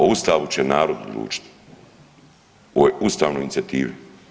O Ustavu će narod odlučiti u ovoj ustavnoj inicijativi.